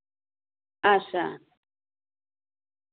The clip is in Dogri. अच्छा